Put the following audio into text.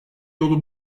yolu